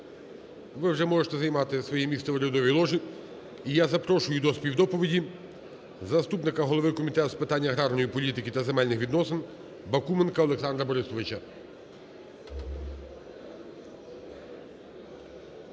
Ви вже можете займати своє місце в урядовій ложі. І я запрошую до співдоповіді заступника голови Комітету з питань аграрної політики та земельних відносин Бакуменка Олександра Борисовича.